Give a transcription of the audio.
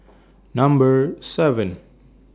Number seven